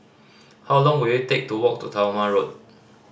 how long will it take to walk to Talma Road